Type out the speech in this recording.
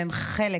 והם חלק,